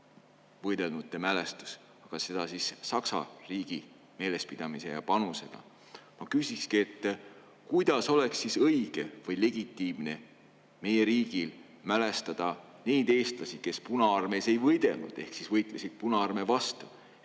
võidelnute mälestus, aga seda siis Saksa riigi meelespidamise ja panusega. Ma küsikski, kuidas oleks õige või legitiimne meie riigil mälestada neid eestlasi, kes Punaarmees ei võidelnud ehk võitlesid Punaarmee vastu?